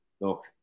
look